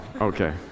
okay